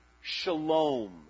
shalom